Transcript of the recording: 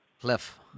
Cliff